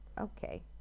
Okay